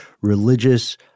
religious